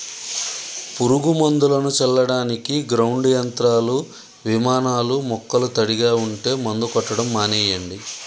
పురుగు మందులను చల్లడానికి గ్రౌండ్ యంత్రాలు, విమానాలూ మొక్కలు తడిగా ఉంటే మందు కొట్టడం మానెయ్యండి